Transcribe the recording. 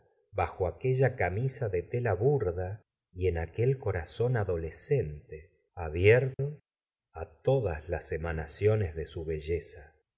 bajo aquella camisa de tela burda y en aquel corazón adolescente abierto á todas las emanaciones de su belleza